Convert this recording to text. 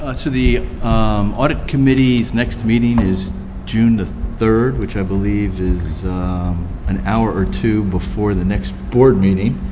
ah to the um audit committee's next meeting is june third, which i believe is an hour or two before the next board meeting.